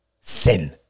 sin